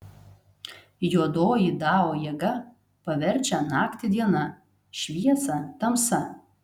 juodoji dao jėga paverčia naktį diena šviesą tamsa